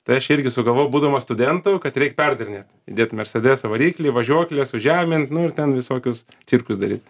tai aš irgi sugalvojau būdamas studentu kad reik perdarinėt įdėt mersedeso variklį važiuoklę pažemint nu ir ten visokius cirkus daryt